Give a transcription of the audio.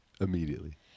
immediately